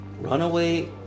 Runaway